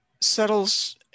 settles